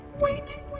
Wait